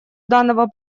данного